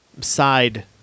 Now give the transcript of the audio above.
side